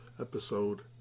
Episode